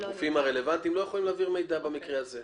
הגופים הרלוונטיים לא יכולים להעביר מידע במקרה הזה.